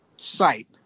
Site